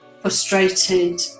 frustrated